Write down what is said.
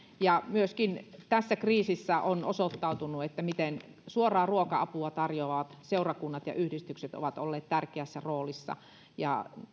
ja tässä kriisissä on myöskin osoittautunut miten suoraa ruoka apua tarjoavat seurakunnat ja yhdistykset ovat olleet tärkeässä roolissa ja